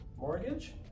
mortgage